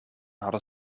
hadden